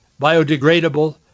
biodegradable